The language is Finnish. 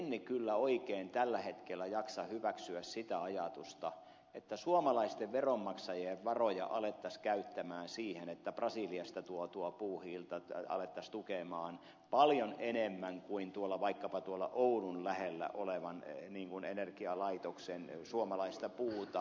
en kyllä oikein tällä hetkellä jaksa hyväksyä sitä ajatusta että suomalaisten veronmaksajien varoja alettaisiin käyttää siihen että brasiliasta tuotua puuhiiltä alettaisiin tukea paljon enemmän kuin vaikkapa tuolla oulun lähellä olevan energialaitoksen suomalaista puuta